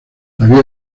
había